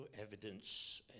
evidence